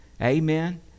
Amen